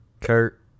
Kurt